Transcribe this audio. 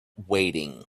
weighting